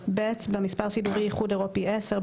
(ב)במספר סידורי (איחוד אירופי) 10,